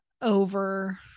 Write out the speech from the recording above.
over